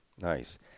nice